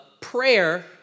prayer